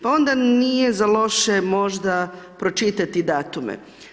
Pa onda nije za loše možda pročitati datume.